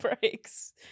breaks